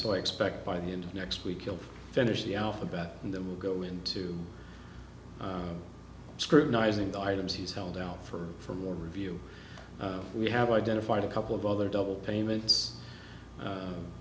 so i expect by the end of next week you'll finish the alphabet and then we'll go into scrutinizing the items he's held out for more review we have identified a couple of other double payments